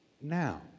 now